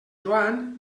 joan